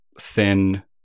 thin